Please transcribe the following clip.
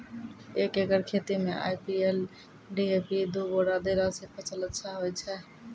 एक एकरऽ खेती मे आई.पी.एल डी.ए.पी दु बोरा देला से फ़सल अच्छा होय छै?